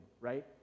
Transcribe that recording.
right